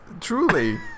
Truly